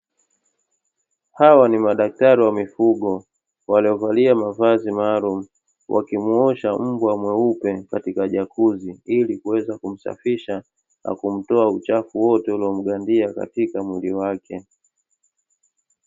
Hawa ni madaktari wa mifugo waliovalia mavazi maalumu, wakimuosha mbwa mweupe katika jakuzi ili kuweza kumsafisha na kumtoa uchafu wote uliomgandia katika mwili wake.